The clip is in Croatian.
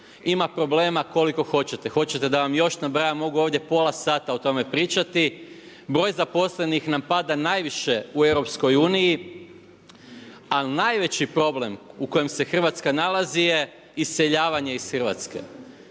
ima problema koliko hoćete. Hoćete da vam još nabrajam, mogu ovdje pola sata o tome pričati. Broj zaposlenih nam pada najviše u EU ali najveći problem u kojem se Hrvatska nalazi je iseljavanje iz Hrvatske.